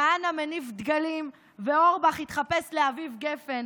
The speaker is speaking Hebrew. כהנא מניף דגלים ואורבך התחפש לאביב גפן